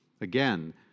again